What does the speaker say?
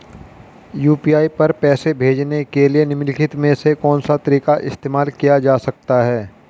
UPI पर पैसे भेजने के लिए निम्नलिखित में से कौन सा तरीका इस्तेमाल किया जा सकता है?